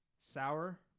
Sour